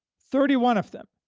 thirty-one of them,